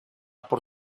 por